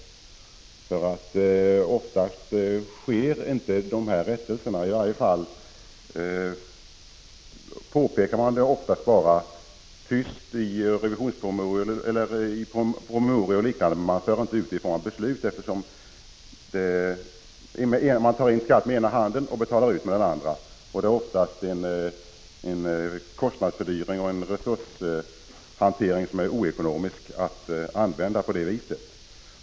Oftast sker inga rättelser. I varje fall påpekas de bara tyst i revisionspromemorior eller andra promemorior och förs inte ut i form av beslut. När man tar in skatt med ena handen och betalar ut med den andra blir det en kostnadsfördyring och en resurshantering som är oekonomisk.